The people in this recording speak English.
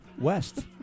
West